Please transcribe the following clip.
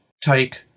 take